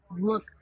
look